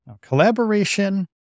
Collaboration